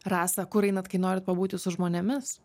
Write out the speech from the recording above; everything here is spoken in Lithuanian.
rasa kur einat kai norit pabūti su žmonėmis